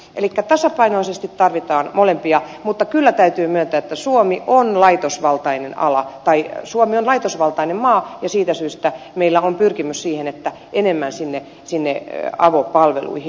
elikkä tasapainoisesti tarvitaan molempia mutta kyllä täytyy myöntää että suomi on laitosvaltainen ala päivi suomi on laitosvaltainen maa ja siitä syystä meillä on pyrkimys siihen että enemmän sinne avopalveluihin